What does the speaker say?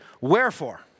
wherefore